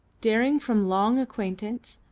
daring from long acquaintance,